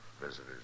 visitors